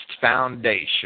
foundation